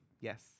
Yes